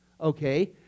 okay